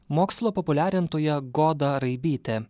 mokslo populiarintoja goda raibytė